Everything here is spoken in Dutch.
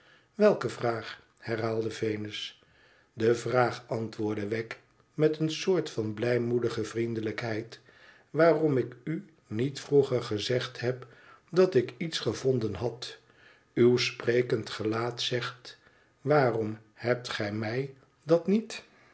welke vraag herhaalde venus de vraag antwoordde wegg met een soort van blijmoedige vriendelijkheid iwddrom ik u niet vroeger gezegd heb dat ik iets gevonden had uw sprekend gelaat zegt waarom hebt gij mij dat niet